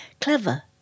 clever